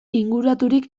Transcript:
inguraturik